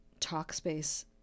Talkspace